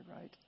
right